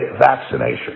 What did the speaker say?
vaccination